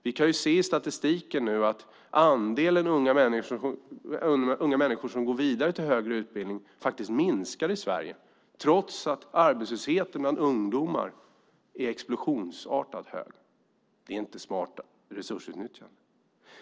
Vi kan se i statistiken att andelen unga människor som går vidare till högre utbildning minskar i Sverige, trots att arbetslösheten bland ungdomar är explosionsartat hög. Det är inte smart resursutnyttjande.